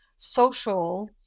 social